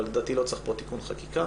אבל לדעתי לא צריך פה חוקי חקיקה.